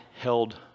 held